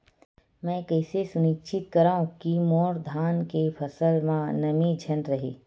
मैं कइसे सुनिश्चित करव कि मोर धान के फसल म नमी झन रहे?